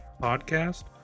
Podcast